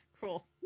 Cool